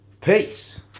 peace